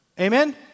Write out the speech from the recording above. Amen